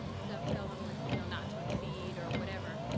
dovetail them with you know not to exceed or whatever,